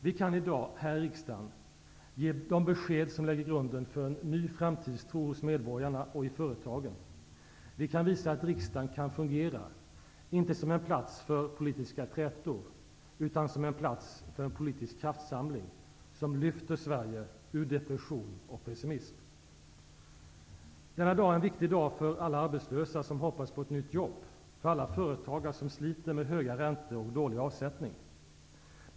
Vi kan i dag, här i riksdagen, ge de besked som lägger grunden för en ny framtidstro hos medborgarna och i företagen. Vi kan visa att riksdagen kan fungera, inte som en plats för politiska trätor, utan som en plats för en politisk kraftsamling, som lyfter Sverige ur depression och pessimism. Denna dag är en viktig dag för alla arbetslösa, som hoppas på ett nytt jobb och för alla företagare, som sliter med höga räntor och dålig avsättning.